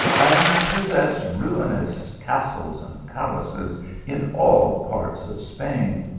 and possess ruinous castles and palaces in all parts of spain.